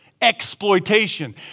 exploitation